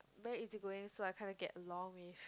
very easygoing so I kind of get along with